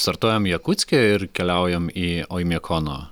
startuojam jakutske ir keliaujam į oimiakono